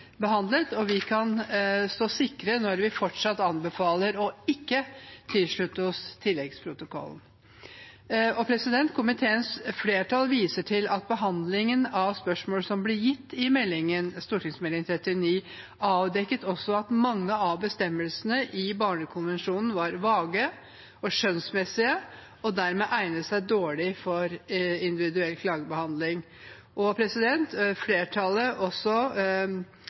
og vi kan stå sikre når vi fortsatt anbefaler å ikke tilslutte oss tilleggsprotokollen. Komiteens flertall viser til at behandlingen av spørsmålet som ble gitt i stortingsmeldingen, avdekket at mange av bestemmelsene i barnekonvensjonen var vage og skjønnsmessige og dermed egnet seg dårlig for individuell klagebehandling. Flertallet ser også